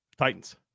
Titans